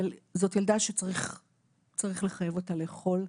אבל זאת ילדה שצריך לחייב אותה לאכות.